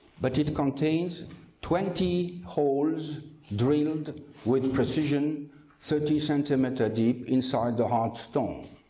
but it contains twenty holes drilled with precision thirty centimeters deep inside the hard stone.